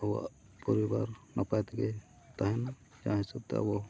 ᱟᱵᱚᱣᱟᱜ ᱯᱚᱨᱤᱵᱟᱨ ᱱᱟᱯᱟᱭ ᱛᱮᱜᱮ ᱛᱟᱦᱮᱱᱟ ᱡᱟᱦᱟᱸ ᱦᱤᱥᱟᱹᱵᱛᱮ ᱟᱵᱚ